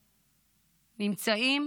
אנחנו נמצאים